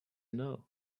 know